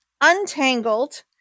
Untangled